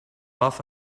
warf